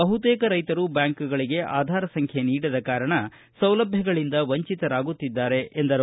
ಬಹುತೇಕ ರೈತರು ಬ್ಯಾಂಕುಗಳಿಗೆ ಆಧಾರ್ ಸಂಖ್ಯೆ ನೀಡದ ಕಾರಣ ಸೌಲಭ್ಯಗಳಿಂದ ವಂಚಿತರಾಗುತ್ತಿದ್ದಾರೆ ಎಂದರು